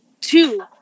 Two